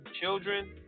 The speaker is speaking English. children